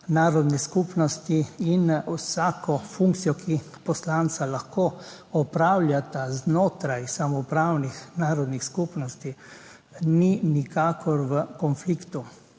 narodne skupnosti in vsako funkcijo, ki jo poslanca lahko opravljata znotraj samoupravnih narodnih skupnosti, torej nikakor ni konflikt.